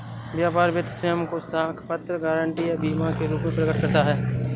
व्यापार वित्त स्वयं को साख पत्र, गारंटी या बीमा के रूप में प्रकट करता है